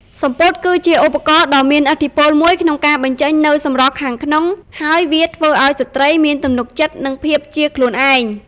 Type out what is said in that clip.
សំពត់គឺជាឧបករណ៍ដ៏មានឥទ្ធិពលមួយក្នុងការបញ្ចេញនូវសម្រស់ខាងក្នុងហើយ វាធ្វើឱ្យស្ត្រីមានទំនុកចិត្តនិងភាពជាខ្លួនឯង។